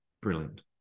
brilliant